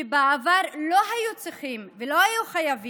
שבעבר לא היו חייבים